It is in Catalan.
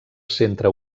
centre